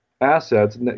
assets